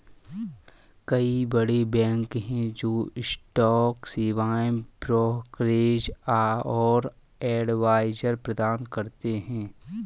कई बड़े बैंक हैं जो स्टॉक सेवाएं, ब्रोकरेज और एडवाइजरी प्रदान करते हैं